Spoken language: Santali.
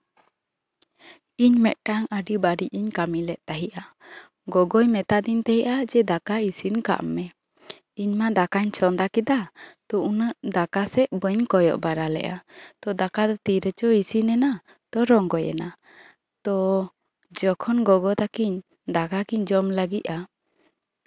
ᱤᱧ ᱢᱮᱫᱴᱟᱝ ᱟᱹᱰᱤ ᱵᱟᱹᱲᱤᱡ ᱤᱧ ᱠᱟᱹᱢᱤ ᱞᱮᱫ ᱛᱟᱦᱮᱸᱜᱼᱟ ᱜᱚᱜᱚᱭ ᱢᱮᱛᱟ ᱫᱤᱧ ᱛᱟᱦᱮᱸᱜᱼᱟ ᱫᱟᱠᱟ ᱤᱥᱤᱱ ᱠᱟᱜ ᱢᱮ ᱤᱧ ᱢᱟ ᱫᱟᱠᱟᱧ ᱪᱚᱱᱫᱟ ᱠᱮᱫᱟ ᱛᱚ ᱩᱱᱟᱹᱜ ᱫᱟᱠᱟ ᱥᱮᱜ ᱵᱟᱹᱧ ᱠᱚᱭᱚᱜ ᱵᱟᱲᱟ ᱞᱮᱫᱟ ᱛᱚ ᱫᱟᱠᱟ ᱫᱚ ᱛᱤ ᱨᱮᱪᱚ ᱤᱥᱤᱱ ᱮᱱᱟ ᱛᱚ ᱨᱚᱝᱜᱚᱭᱮᱱᱟ ᱛᱚ ᱡᱚᱠᱷᱚᱱ ᱜᱚᱜᱚ ᱛᱟᱠᱤᱱ ᱫᱟᱠᱟ ᱠᱤᱱ ᱡᱚᱢ ᱞᱟᱹᱜᱤᱫᱼᱟ